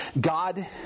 God